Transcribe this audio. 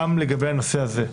גם לגבי הנושא הזה,